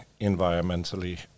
environmentally